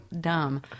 dumb